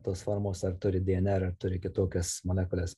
tos formos ar turi dnr turi kitokias molekules